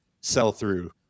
sell-through